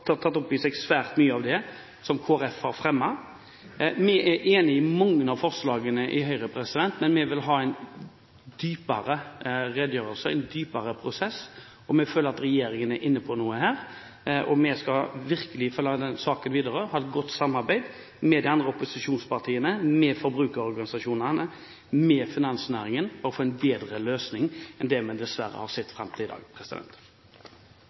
i seg svært mye av det som Kristelig Folkeparti har fremmet. Vi i Høyre er enig i mange av forslagene, men vi vil ha en dypere redegjørelse, en dypere prosess, og vi føler at regjeringen er inne på noe her. Vi skal virkelig følge den saken videre og ha et godt samarbeid med de andre opposisjonspartiene, med forbrukerorganisasjonene og med finansnæringen for å få en bedre løsning enn det vi dessverre har sett fram til i dag.